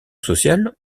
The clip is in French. sociale